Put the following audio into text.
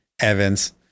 Evans